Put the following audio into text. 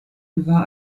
war